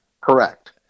correct